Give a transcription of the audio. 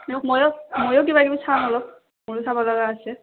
ময়ো ময়ো কিবা কিবি চাওঁ অলপ ময়ো চাব লগা আছে